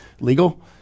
legal